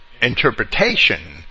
interpretation